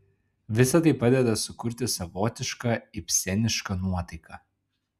visa tai padeda sukurti savotišką ibsenišką nuotaiką